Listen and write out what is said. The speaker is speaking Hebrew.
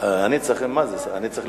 אני צריך לדבר.